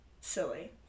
silly